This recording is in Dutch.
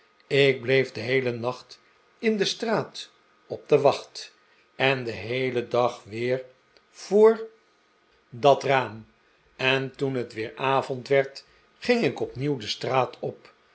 ik bleef den heelen nacht in de straat op de wacht en den heelen dag weer voor dat raam en toen het weer avond werd ging ik opnieuw de straat op